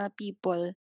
people